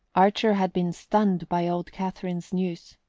archer had been stunned by old catherine's news.